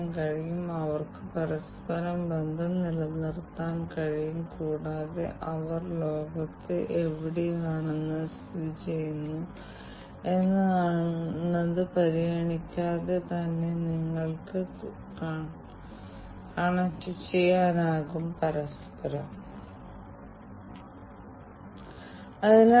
ഈ പരിഷ്ക്കരണം ടാലന്റ് പൂളിന്റെ മൂന്ന് പ്രധാന നേട്ടങ്ങൾ നൽകുന്നു സ്റ്റാൻഡേർഡൈസേഷൻ ഈ എല്ലാ വ്യവസായങ്ങളിലും ഇതിനകം ലഭ്യമായ ഐടി ഹാർഡ്വെയർ സോഫ്റ്റ്വെയർ സൊല്യൂഷൻ എന്നിവയുടെ പ്രവേശനക്ഷമത ഞാൻ നിങ്ങളോട് പറഞ്ഞതുപോലെ ഈ ഐടി ഹാർഡ്വെയറും സോഫ്റ്റ്വെയറും വളരെക്കാലമായി അവിടെയുണ്ട് ഞങ്ങൾ ഒന്നും സംസാരിക്കുന്നില്ല